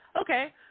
okay